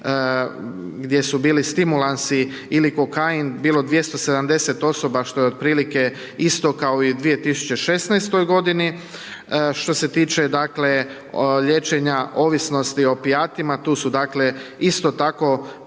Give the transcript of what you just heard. gdje su bili stimulansi ili kokain, bilo 270 osoba, što je otprilike isto kao i u 2016. g. Što se tiče dakle, liječenja ovisnosti o opijatima, tu su dakle, isto tako